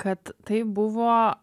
kad tai buvo